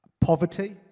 poverty